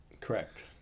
Correct